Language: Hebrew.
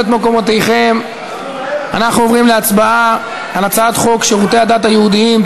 ונעשה את זה בכל מקום שבו יהיה מי שינסה להכריז על היהדות מלחמה,